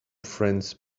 friends